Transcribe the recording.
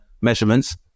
measurements